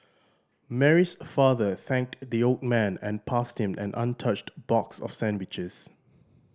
Mary's father thanked the old man and passed him an untouched box of sandwiches